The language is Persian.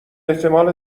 احتمال